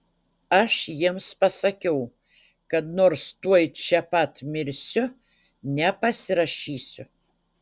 aš jiems pasakiau kad nors tuoj čia pat mirsiu nepasirašysiu